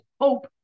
hope